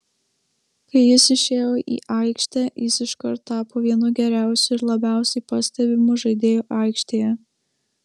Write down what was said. kai jis išėjo į aikštę jis iškart tapo vienu geriausiu ir labiausiai pastebimu žaidėju aikštėje